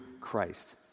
Christ